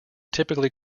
typically